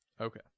Okay